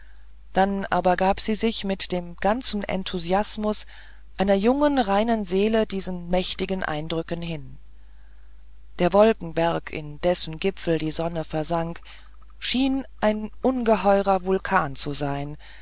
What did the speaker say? dann aber gab sie sich mit dem ganzen enthusiasmus einer jungen reinen seele diesen mächtigen eindrücken hin der wolkenberg in dessen gipfel die sonne versank schien ein ungeheurer vulkan zu sein